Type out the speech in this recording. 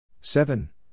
Seven